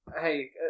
Hey